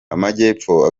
amajyepfo